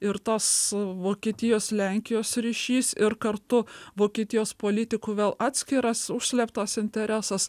ir tos vokietijos lenkijos ryšys ir kartu vokietijos politikų vėl atskiras užslėptas interesas